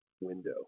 window